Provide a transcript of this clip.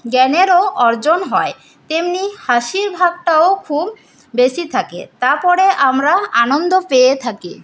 জ্ঞানেরও অর্জন হয় তেমনি হাসির ভাবটাও খুব বেশি থাকে তারপরে আমরা আনন্দ পেয়ে থাকি